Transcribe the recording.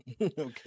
Okay